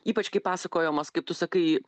ypač kai pasakojimas kaip tu sakai